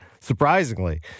surprisingly